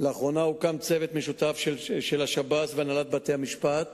לאחרונה הוקם צוות משותף של השב"ס והנהלת בתי-המשפט